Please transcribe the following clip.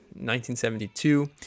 1972